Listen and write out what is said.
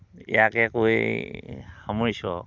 ইয়াকে কৈ সামৰিছোঁ আৰু